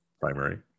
primary